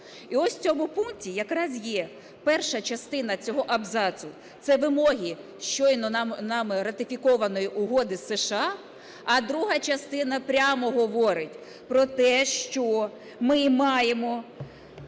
І ось в цьому пункті якраз є перша частина цього абзацу, це вимоги щойно нами ратифікованої угоди США, а друга частина прямо говорить про те, що ми маємо